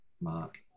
Mark